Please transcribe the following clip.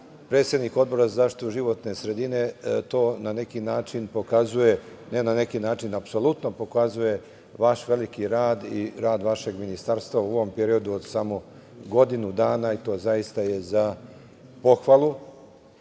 predsednik Odbora za zaštitu životne sredine, i to na neki način pokazuje, ne na neki način, apsolutno pokazuje vaš veliki rad i rad vašeg Ministarstva u ovom periodu od samo godinu dana i to je zaista za pohvalu.